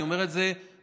אני אומר את זה פה,